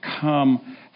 come